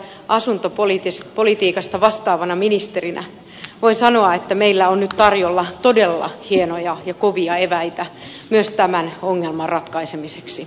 nimittäin asuntopolitiikasta vastaavana ministerinä voin sanoa että meillä on nyt tarjolla todella hienoja ja kovia eväitä myös tämän ongelman ratkaisemiseksi